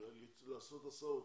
לעשות הסעות?